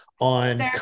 on